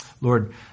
Lord